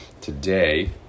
Today